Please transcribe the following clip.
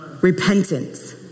repentance